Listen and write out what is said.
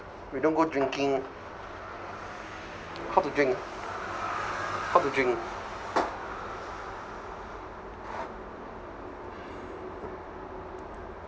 we don't go drinking how to drink how to drink